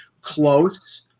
Close